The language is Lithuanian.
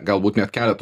galbūt net keletu